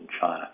China